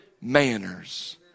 manners